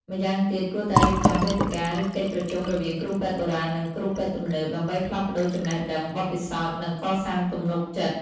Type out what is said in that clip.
ម្យ៉ាងទៀត គួរតែរៀបចំវេទិកា ឬកិច្ចប្រជុំរវាងគ្រូពេទ្យបុរាណ និងគ្រូពេទ្យទំនើប ដើម្បីផ្លាស់ប្ដូរចំណេះដឹង បទពិសោធន៍ និងកសាងទំនុកចិត្ត។